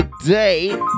today